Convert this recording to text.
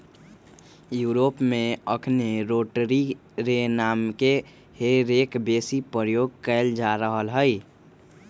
Europe में अखनि rotary रे नामके हे रेक बेशी प्रयोग कएल जा रहल हइ